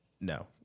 no